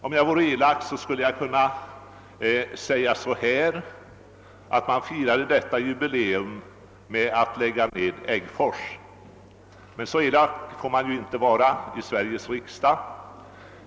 Om jag vore elak skulle jag kunna säga att man firade detta jubileum med att lägga ned Äggfors, men så elaka får vi ju inte vara i Sveriges riksdag.